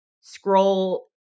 scroll